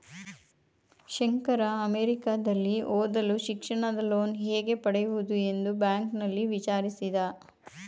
ಶಂಕರ ಅಮೆರಿಕದಲ್ಲಿ ಓದಲು ಶಿಕ್ಷಣದ ಲೋನ್ ಹೇಗೆ ಪಡೆಯುವುದು ಎಂದು ಬ್ಯಾಂಕ್ನಲ್ಲಿ ವಿಚಾರಿಸಿದ